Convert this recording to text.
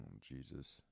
Jesus